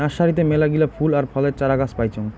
নার্সারিতে মেলাগিলা ফুল আর ফলের চারাগাছ পাইচুঙ